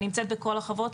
אני נמצאת בכל החוות,